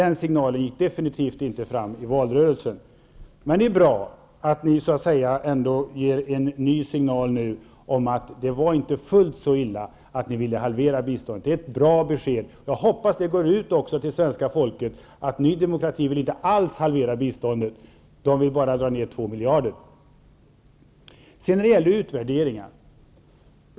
Den signalen gick definitivt inte fram i valrörelsen. Men det är bra att ni nu ger en ny signal om att det inte var fullt så illa som att ni ville halvera biståndet. Det är ett bra besked. Jag hoppas att det går ut till svenska folket att Ny demokrati inte alls vill halvera biståndet, utan bara att det skall minskas med 2 miljarder.